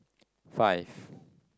five